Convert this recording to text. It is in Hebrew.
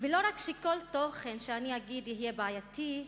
ולא רק שכל תוכן שאגיד יהיה בעייתי,